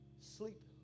Sleep